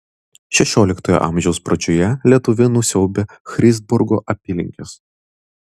šešioliktojo amžiaus pradžioje lietuviai nusiaubė christburgo apylinkes